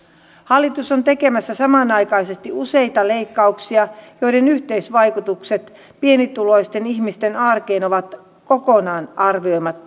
hallitus on tekemässä samanaikaisesti useita leikkauksia joiden yhteisvaikutukset pienituloisten ihmisten arkeen ovat kokonaan arvioimatta